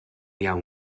iawn